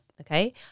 okay